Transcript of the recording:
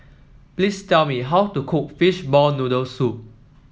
please tell me how to cook Fishball Noodle Soup